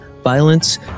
violence